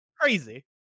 crazy